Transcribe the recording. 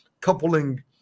coupling